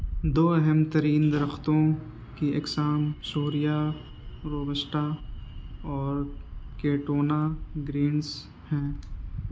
دو اہم ترین درختوں کی اقسام شوریہ روبسٹا اور کیٹونا گرینس ہیں